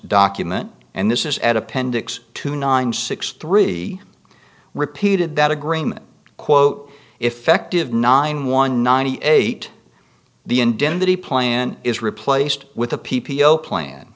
document and this is at appendix two nine six three repeated that agreement quote effective nine one ninety eight the indemnity plan is replaced with a p p o plan